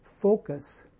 focus